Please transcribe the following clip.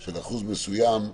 של אחוז מסוים,